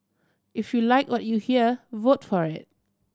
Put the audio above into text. if you like what you hear vote for it